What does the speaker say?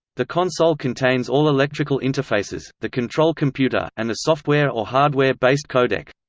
the console contains all electrical interfaces, the control computer, and the software or hardware-based codec.